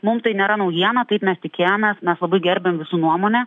mum tai nėra naujiena taip mes tikėjomės mes labai gerbiam visų nuomonę